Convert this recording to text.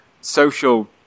social